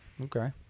Okay